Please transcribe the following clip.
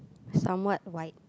somewhat white